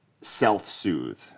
self-soothe